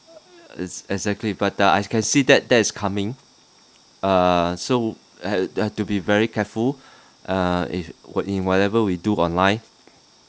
e~ exactly but the I can see that that is coming err so ha~ had to be very careful err in what~ in whatever we do online